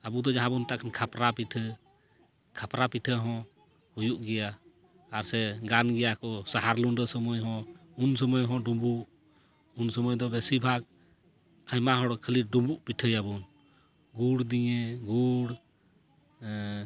ᱟᱵᱚ ᱫᱚ ᱡᱟᱦᱟᱸ ᱵᱚᱱ ᱢᱮᱛᱟᱜ ᱠᱟᱱ ᱠᱷᱟᱯᱨᱟ ᱯᱤᱴᱷᱟᱹ ᱠᱷᱟᱯᱨᱟ ᱯᱤᱴᱷᱟᱹ ᱦᱚᱸ ᱦᱩᱭᱩᱜ ᱜᱮᱭᱟ ᱟᱨ ᱥᱮ ᱜᱟᱱᱜᱮᱭᱟ ᱠᱚ ᱥᱟᱦᱟᱨ ᱞᱩᱰᱟᱹ ᱥᱳᱢᱳᱭ ᱦᱚᱸ ᱩᱱᱥᱳᱢᱳᱭ ᱦᱚᱸ ᱞᱩᱵᱩᱜ ᱩᱱ ᱥᱳᱢᱳᱭ ᱫᱤ ᱵᱤᱥᱤᱨ ᱵᱷᱟᱜ ᱟᱭᱢᱟ ᱦᱚᱲ ᱠᱷᱟᱹᱞᱤ ᱰᱩᱵᱩᱜ ᱯᱤᱴᱷᱟᱹᱭᱟᱵᱚᱱ ᱜᱩᱲ ᱫᱤᱭᱮ ᱜᱩᱲ